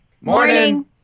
Morning